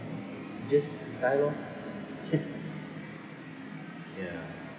just die lor ya